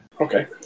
okay